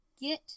get